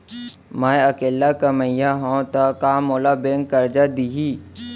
मैं अकेल्ला कमईया हव त का मोल बैंक करजा दिही?